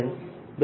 r r